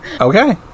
Okay